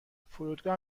فرودگاه